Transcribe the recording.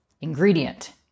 ingredient